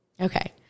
Okay